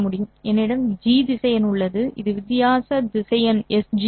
என்னிடம் திசையன் G உள்ளது இது வித்தியாச திசையன் S G ஆகும்